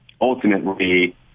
ultimately